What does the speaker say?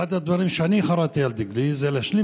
אחד הדברים שחָרַתִּי על דגלי הוא להשלים